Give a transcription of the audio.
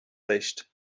recht